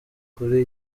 kuri